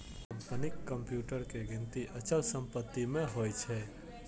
कंपनीक कंप्यूटर के गिनती अचल संपत्ति मे होइ छै